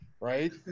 right